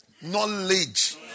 Knowledge